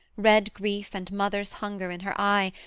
red grief and mother's hunger in her eye,